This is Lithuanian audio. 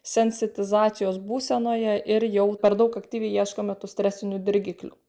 sensitizacijos būsenoje ir jau per daug aktyviai ieškome tų stresinių dirgiklių